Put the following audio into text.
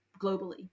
globally